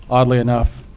oddly enough,